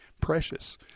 precious